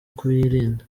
kuyirinda